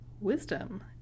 wisdom